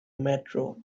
metro